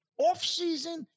offseason